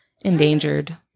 endangered